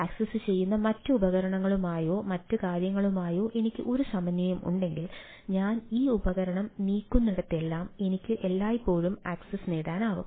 ആക്സസ്സുചെയ്യുന്ന മറ്റ് ഉപകരണങ്ങളുമായോ മറ്റ് കാര്യങ്ങളുമായോ എനിക്ക് ഒരു സമന്വയം ഉണ്ടെങ്കിൽ ഞാൻ ഈ ഉപകരണം നീക്കുന്നിടത്തെല്ലാം എനിക്ക് എല്ലായ്പ്പോഴും ആക്സസ്സ് നേടാനാകും